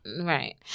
Right